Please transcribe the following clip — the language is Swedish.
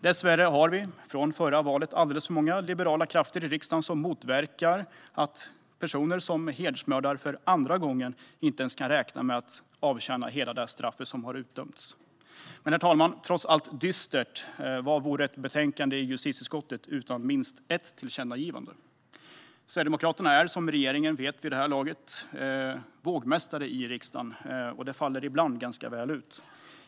Dessvärre har vi från förra valet alldeles för många liberala krafter i riksdagen som motverkar att personer som hedersmördar för andra gången behöver räkna med att avtjäna hela det straff som har utdömts. Herr talman! Trots allt dystert, vad vore ett betänkande i justitieutskottet utan minst ett tillkännagivande? Sverigedemokraterna är, som regeringen vet vid det här laget, vågmästare i riksdagen, och det faller ibland ganska väl ut.